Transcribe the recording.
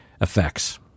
effects